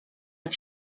jak